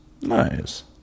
Nice